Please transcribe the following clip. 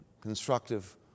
constructive